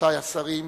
רבותי השרים,